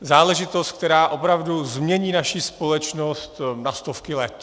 Záležitost, která opravdu změní naši společnost na stovky let.